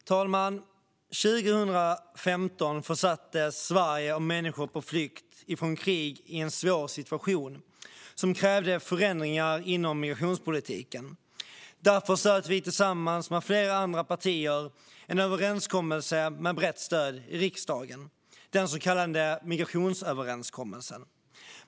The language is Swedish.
Herr talman! År 2015 försattes Sverige och människor på flykt ifrån krig i en svår situation som krävde förändringar inom migrationspolitiken. Därför slöt vi tillsammans med flera andra partier en överenskommelse med brett stöd i riksdagen, den så kallade migrationsöverenskommelsen.